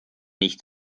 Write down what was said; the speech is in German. nicht